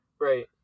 Right